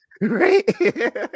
right